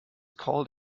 called